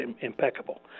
impeccable